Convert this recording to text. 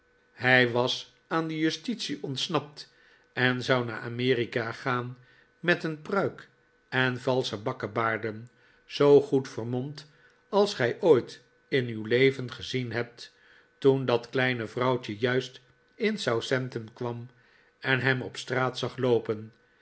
hij was aan de justitie ontsnapt en zou naar amerika gaan met een pruik en valsche bakkebaarden zoo goed vermomd als gij ooit in uw leven gezien hebt toen dat kleine vrouwtje juist in southampton kwam en hem op straat zag loopen